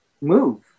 move